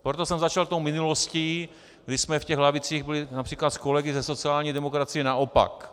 Proto jsem začal tou minulostí, kde jsme v těch lavicích byli například s kolegy ze sociální demokracie naopak.